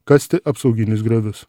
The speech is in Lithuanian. kasti apsauginius griovius